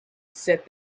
said